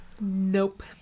nope